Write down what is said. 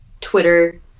Twitter